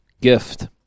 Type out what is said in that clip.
Gift